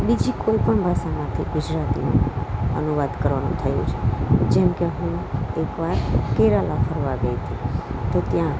બીજી કોઈ પણ ભાષામાંથી ગુજરાતીમાં અનુવાદ કરવાનું થયું છે જેમકે હું એકવાર કેરાલા ફરવા ગઈ હતી તો ત્યાં